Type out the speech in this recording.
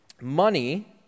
Money